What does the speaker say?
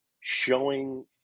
showing